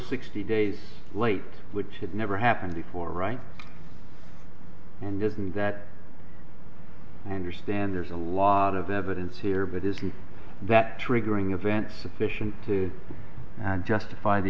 sixty days late which had never happened before right and doesn't that i understand there's a lot of evidence here but is that triggering event sufficient to justify the